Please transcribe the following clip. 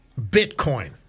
Bitcoin